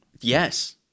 Yes